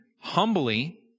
humbly